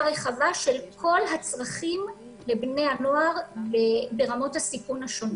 רחבה של כל הצרכים לבני הנוער ברמות הסיכון השונות.